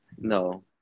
No